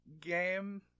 game